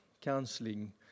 counseling